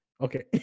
Okay